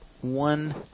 one